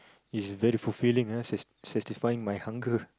is very fulfilling ah sat~ satisfying my hunger